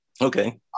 Okay